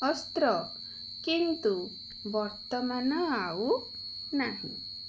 ଅସ୍ତ୍ର କିନ୍ତୁ ବର୍ତ୍ତମାନ ଆଉ ନାହିଁ